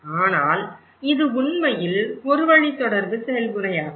ஆனால் இது உண்மையில் ஒரு வழி தகவல்தொடர்பு செயல்முறையாகும்